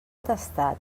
tastat